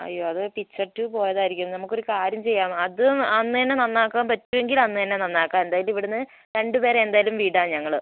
അയ്യോ അത് picture tube പോയതായിരിക്കും നമുക്കൊരു കാര്യം ചെയ്യാം അതും അന്നുതന്നെ നന്നാക്കാൻ പറ്റുമെങ്കിൽ അന്നുതന്നെ നന്നാക്കാം എന്തായാലും ഇവിടെ നിന്ന് രണ്ടു പേരെ എന്തായാലും വിടാം ഞങ്ങൾ